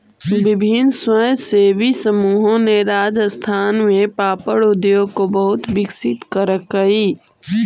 विभिन्न स्वयंसेवी समूहों ने राजस्थान में पापड़ उद्योग को बहुत विकसित करकई